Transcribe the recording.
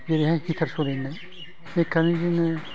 जेरैहाय हिटार सालायनाय बे कारेन्टजोंनो